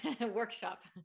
workshop